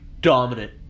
dominant